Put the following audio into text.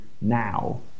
now